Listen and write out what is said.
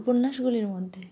উপন্যাসগুলির মধ্যে